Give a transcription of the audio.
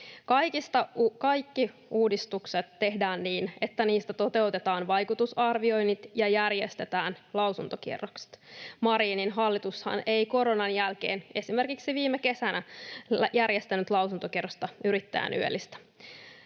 Kaikki uudistukset tehdään niin, että niistä toteutetaan vaikutusarvioinnit ja järjestetään lausuntokierrokset. Marinin hallitushan ei koronan jälkeen esimerkiksi viime kesänä järjestänyt lausuntokierrosta yrittäjän YEListä.